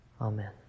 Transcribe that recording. Amen